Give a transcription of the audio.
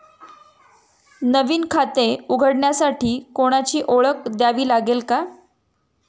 नवीन खाते उघडण्यासाठी कोणाची ओळख द्यावी लागेल का?